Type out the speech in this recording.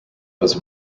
was